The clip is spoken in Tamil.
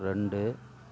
ரெண்டு